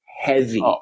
heavy